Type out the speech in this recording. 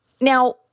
Now